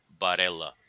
Barella